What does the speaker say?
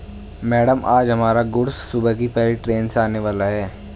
madam आज हमारा goods सुबह की पहली ट्रैन से आने वाला है